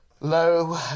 low